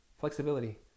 flexibility